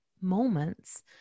moments